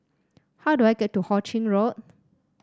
how do I get to Ho Ching Road